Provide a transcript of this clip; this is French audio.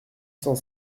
cent